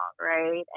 right